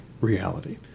reality